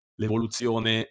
l'evoluzione